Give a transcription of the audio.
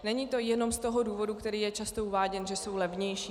Není to jenom z toho důvodu, který je často uváděn, že jsou levnější.